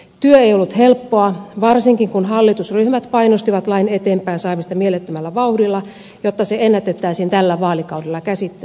työ ei ollut helppoa varsinkin kun hallitusryhmät painostivat lain eteenpäin saamista mielettömällä vauhdilla jotta se ennätettäisiin tällä vaalikaudella käsitellä